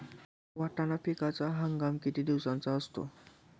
वाटाणा पिकाचा हंगाम किती दिवसांचा असतो?